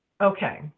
Okay